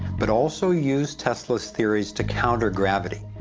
but also used tesla's theories to counter gravity,